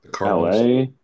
LA